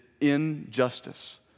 injustice